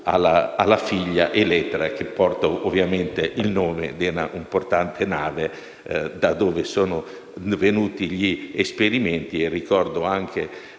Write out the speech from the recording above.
alla figlia Elettra, che porta ovviamente il nome di un'importante nave su cui sono avvenuti gli esperimenti. Ricordo anche